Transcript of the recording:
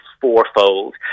fourfold